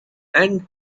and